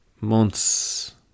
months